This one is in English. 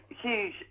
huge